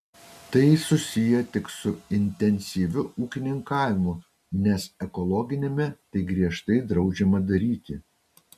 tai susiję tik su intensyviu ūkininkavimu nes ekologiniame tai griežtai draudžiama daryti